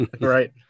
Right